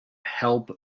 help